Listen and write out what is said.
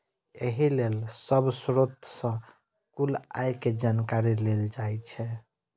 एहि लेल सब स्रोत सं कुल आय के जानकारी लेल जाइ छै